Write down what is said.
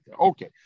okay